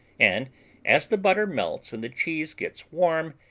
and as the butter melts and the cheese gets warm,